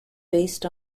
based